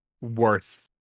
worth